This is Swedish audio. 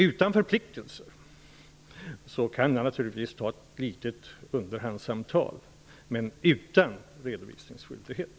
Utan förpliktelse kan jag naturligtvis ta upp ett litet underhandssamtal, dock utan redovisningsskyldighet.